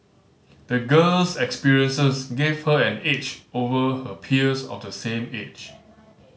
the girl's experiences gave her an edge over her peers of the same age